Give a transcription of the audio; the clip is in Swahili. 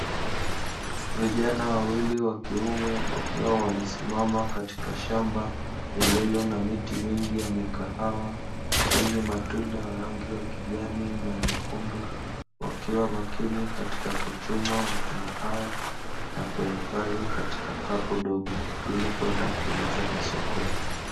Vijana wawili wa kiume wakiwa wamesimama katika shamba lililo na miti mingi ya mikahawa yenye matunda ya rangi ya kjani na nyekundu, wakiwa makini katika kuchuma matunda hayo na kuyahifadhi katika kapu dogo ili kwenda kuuzwa masokoni.